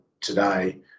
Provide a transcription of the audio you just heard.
today